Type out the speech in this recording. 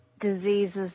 diseases